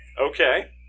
Okay